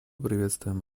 приветствуем